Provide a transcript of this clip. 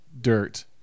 dirt